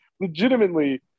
legitimately